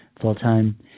full-time